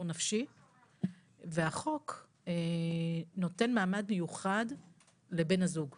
נפשי והחוק נותן מעמד מיוחד לבן הזוג וקובע,